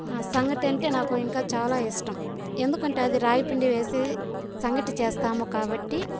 సంగటి అంటే నాకు ఇంకా చాలా ఇష్టం ఎందుకంటే అది రాగి పిండి వేసి సంగటి చేస్తాము కాబట్టి